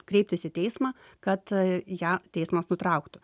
kreiptis į teismą kad ją teismas nutrauktų